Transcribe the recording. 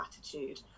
attitude